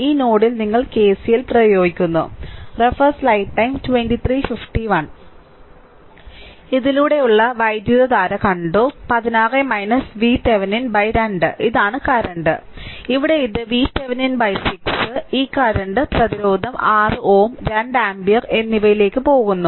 ഈ നോഡിൽ നിങ്ങൾ K C L പ്രയോഗിക്കുന്നു ഇതിലൂടെയുള്ള വൈദ്യുതധാര കണ്ടു 16 VThevenin 2 ഇതാണ് കറന്റ് ഇവിടെ ഇത് VThevenin 6 ഈ കറന്റ് പ്രതിരോധം 6 Ω 2 ആമ്പിയർ എന്നിവയിലേക്ക് പോകുന്നു